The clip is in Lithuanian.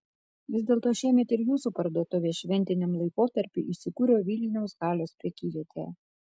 vis dėlto šiemet ir jūsų parduotuvė šventiniam laikotarpiui įsikūrė vilniaus halės prekyvietėje